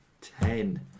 ten